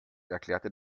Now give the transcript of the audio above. erklärte